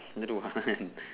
me don't want